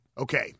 okay